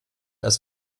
als